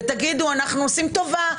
ותגידו שאתם עושים טובה.